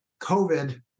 COVID